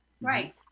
right